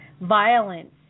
violence